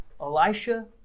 Elisha